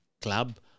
club